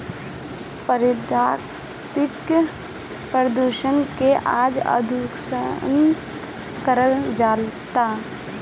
प्राकृतिक पदार्थ के आज अशुद्ध कइल जाता